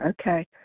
Okay